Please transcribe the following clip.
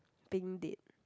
being dead